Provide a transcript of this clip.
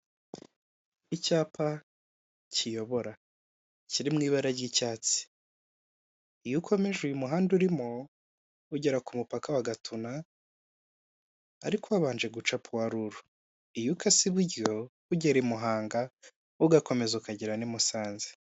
Icyapa kiyobora kiri mu ibara ry'icyatsi iyo ukomeje uyu muhanda urimo ugera ku mupaka wa Gatuna ariko wabanje guca puwaluru iyo ukase iburyo ugera I Muhanga ugakomeza maze ukagera n'i Musanze.